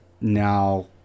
now